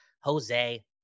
Jose